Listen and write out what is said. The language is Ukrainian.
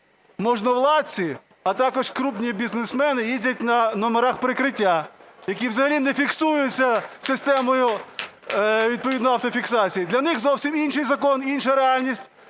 можновладці, а також крупні бізнесмени, їздять на номерах прикриття, які взагалі не фіксуються системою відповідно автофіксації. Для них – зовсім інший закон, інша реальність,